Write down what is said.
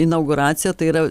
inauguracija tai yra